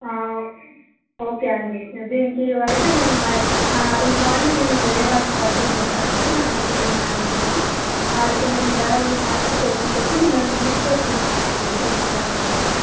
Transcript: okay అండీ దీనికి అయితే నేను నా ఈ కాల్ని నేను వేరే వారికి బదిలీ చేస్తాను అండి నా జూనియర్ మేనేజర్కి వారితో మీ వివరాలు మాట్లాడి పేమెంట్ చేస్తే మిమ్మల్ని మేము పిక్ చేసుకుంటాం అండి మీరు ఎక్కడుంటే అక్కడి నుండి